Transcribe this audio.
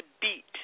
beat